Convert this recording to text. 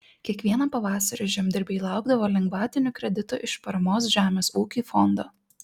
kiekvieną pavasarį žemdirbiai laukdavo lengvatinių kreditų iš paramos žemės ūkiui fondo